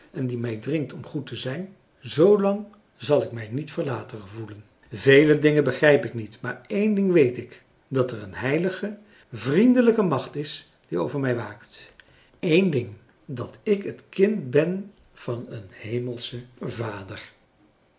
en die mij dringt om goed te zijn zlang zal ik mij niet verlaten gevoelen vele dingen begrijp ik niet maar één ding weet ik dat er een heilige vriendelijke macht is die over mij waakt eén ding dat ik het kind ben van een hemelschen vader